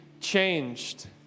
changed